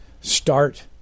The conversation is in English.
START